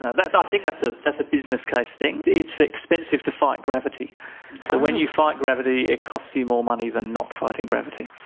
no, i ah think that's ah that's a business case thing. it's expensive to fight gravity, and when you fight gravity it costs you more money than not fighting gravity.